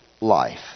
life